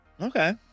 Okay